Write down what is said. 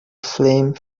flame